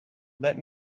let